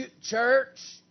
Church